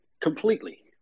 completely